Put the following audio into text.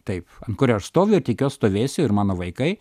taip kurio aš stoviu ir tikiuosi stovėsiu ir mano vaikai